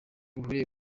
bihuriye